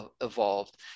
evolved